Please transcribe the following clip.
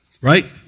Right